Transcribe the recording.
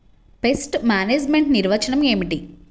Pest management నిర్వచనం ఏమిటి?